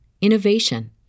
innovation